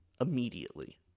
immediately